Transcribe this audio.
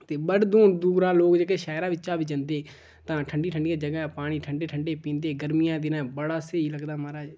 ते बड्ड दूं दूरा लोक जेह्के शैह्रां बिच्चा बी जंदे तां ठंडी ठंडी जगहें दा पानी ठंडे ठंडे पींदे गर्मियें दे दिनें बड़ा स्हेई लगदा माराज